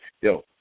yo